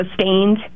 sustained